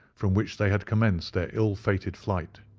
from which they had commenced their ill-fated flight.